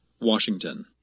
Washington